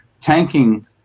tanking